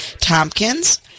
Tompkins